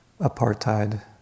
apartheid